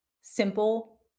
simple